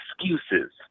excuses